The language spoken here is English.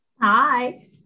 Hi